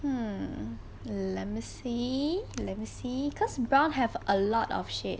hmm let me see let me see cause brown have a lot of shade